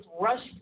rush